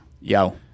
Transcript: Yo